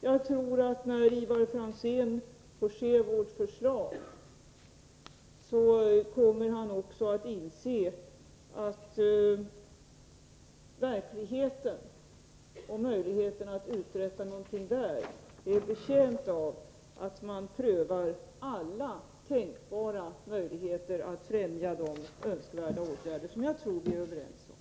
Jag tror att Ivar Franzén, när han får se vårt förslag, också kommer att inse att verkligheten och möjligheterna att uträtta någonting är betjänta av att man prövar alla tänkbara utvägar att främja de önskvärda åtgärder som jag tror vi är överens om.